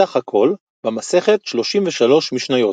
בסה"כ במסכת 33 משניות.